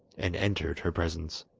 and entered her presence.